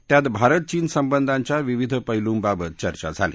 त्यात भारत चीन संबंधाच्या विविध पैलूंबाबत चर्चा झाली